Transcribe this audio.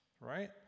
right